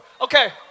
Okay